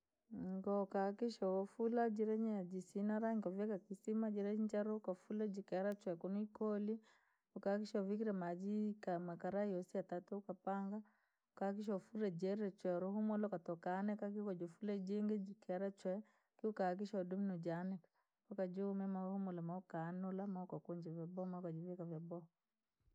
Ngoo ukaakikisha woofula jiraa jee jisina rangi, ukavikaa kisima jira njeru, ukafula jakeera chwee kunu koli, ukaakikisha uvikire majii kaa makarai yosi yatatu ukapangaa, ukahakikisha ufure jeere chwe urihumuluka utokaanika, jira ukafula jingi jakeera chwee, kii udomire noojaanika, mpaka juume mahumula mo ukanula mo ukukunja vyaboha mo ukajivika vyaboha.